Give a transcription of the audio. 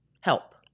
help